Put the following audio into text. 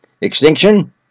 extinction